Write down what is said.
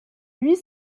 huit